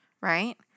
right